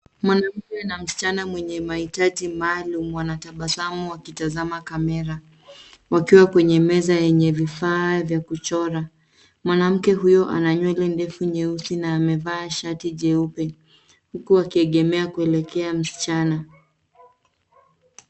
Mwanamke na msichana mwenye mahitaji maalum wanatabasamu wakitazama kamera wakiwa kwenye meza yenye vifaa vya kuchora. Mwanamke huyo ana nywele ndefu nyeusi na amevaa shati jeupe huku akiegemea kuelekea msichana.